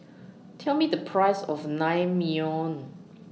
Tell Me The Price of Naengmyeon